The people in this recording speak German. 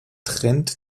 trend